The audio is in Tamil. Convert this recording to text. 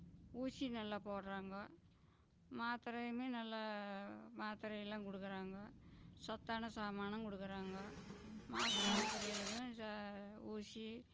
ஊசி நல்லா போடுறாங்கோ மாத்திரையுமே நல்லா மாத்திரையெல்லாம் குடுக்குறாங்க சத்தான சாமானும் குடுக்குறாங்க மாசமாக இருக்கறவியலுக்கும் ச ஊசி